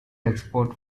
export